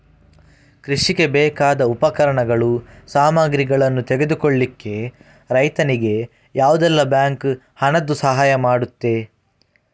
ಕೃಷಿಗೆ ಬೇಕಾದ ಉಪಕರಣಗಳು, ಸಾಮಗ್ರಿಗಳನ್ನು ತೆಗೆದುಕೊಳ್ಳಿಕ್ಕೆ ರೈತನಿಗೆ ಯಾವುದೆಲ್ಲ ಬ್ಯಾಂಕ್ ಹಣದ್ದು ಸಹಾಯ ಮಾಡ್ತದೆ?